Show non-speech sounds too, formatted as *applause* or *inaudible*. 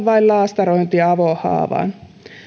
*unintelligible* vain laastarointia avohaavaan